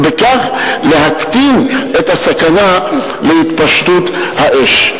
ובכך להקטין את הסכנה של התפשטות האש.